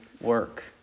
work